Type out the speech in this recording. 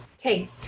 okay